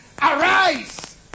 Arise